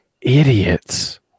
idiots